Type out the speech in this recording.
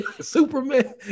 Superman